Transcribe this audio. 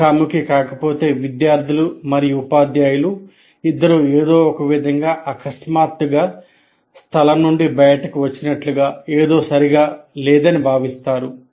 ముఖాముఖి కాకపోతే విద్యార్ధులు మరియు ఉపాధ్యాయులు ఇద్దరూ ఏదో ఒకవిధంగా అకస్మాత్తుగా స్థలం నుండి బయటకు వచ్చినట్టుగాఏదో సరిగా లేదని భావిస్తారు